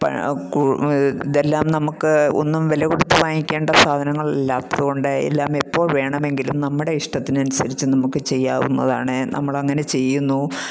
ഇതെല്ലാം നമുക്ക് ഒന്നും വില കൊടുത്ത് വാങ്ങിക്കേണ്ട സാധനങ്ങൾ ഇല്ലാത്തതുകൊണ്ട് എല്ലാം എപ്പോൾ വേണമെങ്കിലും നമ്മുടെ ഇഷ്ടത്തിന് അനുസരിച്ച് നമുക്ക് ചെയ്യാവുന്നതാണ് നമ്മൾ അങ്ങനെ ചെയ്യുന്നു